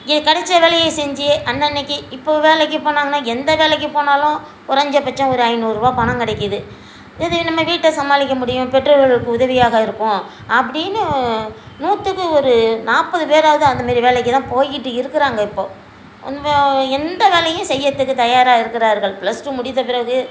இங்கே கிடைச்ச வேலையை செஞ்சு அன்னன்றைக்கி இப்போது வேலைக்கு போனாங்கன்னால் எந்த வேலைக்கு போனாலும் குறைஞ்ச பட்சம் ஒரு ஐநுறுருவா பணம் கிடைக்குது இது நம்ம வீட்டை சமாளிக்க முடியும் பெற்றோர்களுக்கு உதவியாக இருக்கும் அப்படின்னு நூற்றுக்கு ஒரு நாற்பது பேராவது அந்த மாதிரி வேலைக்குதான் போயிக்கிட்டு இருக்கிறாங்க இப்போது கொஞ்சம் எந்த வேலையும் செய்கிறதுக்கு தயாராக இருக்கிறரகள் பிளஸ் டூ முடித்த பிறகு